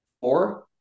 four